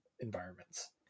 environments